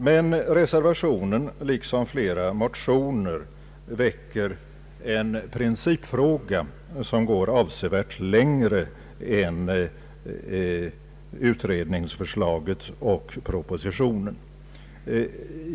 Men reservationen liksom flera motioner väcker en principfråga som går avsevärt längre än utredningsförslaget och propositionen.